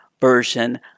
version